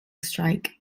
strike